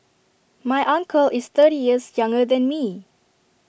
my uncle is thirty years younger than me